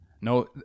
No